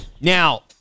Now